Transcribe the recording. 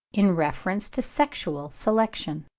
in reference to sexual selection.